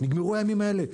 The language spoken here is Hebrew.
נגמרו הימים האלה.